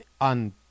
on